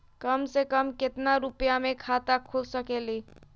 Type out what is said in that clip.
कम से कम केतना रुपया में खाता खुल सकेली?